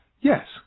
yes